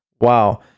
Wow